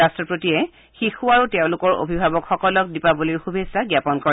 ৰাট্টপতিয়ে শিশু আৰু তেওঁলোকৰ অভিভাৱকসকলক দীপাৱলীৰ শুভেচ্ছা জ্ঞাপন কৰে